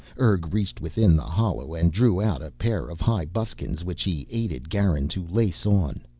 urg reached within the hollow and drew out a pair of high buskins which he aided garin to lace on.